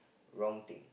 wrong thing